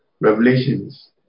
revelations